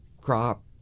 crop